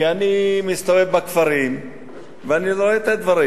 כי אני מסתובב בכפרים ואני רואה את הדברים.